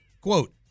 quote